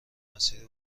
مسیری